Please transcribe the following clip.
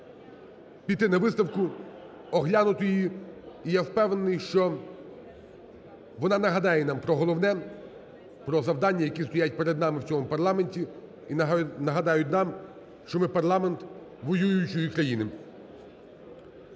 піти на виставку, оглянути її. І я впевнений, що вона нагадає нам про головне – про завдання, які стоять перед нами в цьому парламенті, і нагадає нам, що ми парламент воюючої країни.